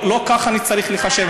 לא כך צריך לחשב.